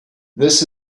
this